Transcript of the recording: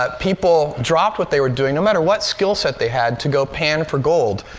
ah people dropped what they were doing, no matter what skill set they had, to go pan for gold.